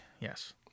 yes